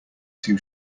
too